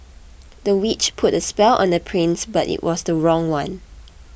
the witch put a spell on the prince but it was the wrong one